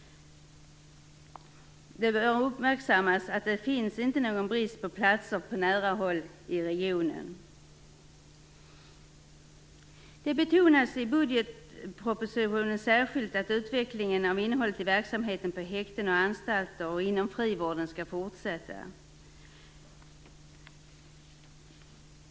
Det bör uppmärksammas att det inte finns någon brist på platser på nära håll i regionen. Det betonas särskilt i budgetpropositionen att utvecklingen av innehållet i verksamheten på häkten och anstalter och inom frivården skall fortsätta.